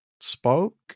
spoke